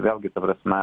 vėlgi ta prasme